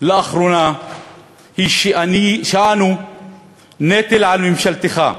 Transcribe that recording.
לאחרונה היא שאנו נטל על ממשלתך.